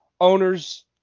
owners